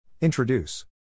Introduce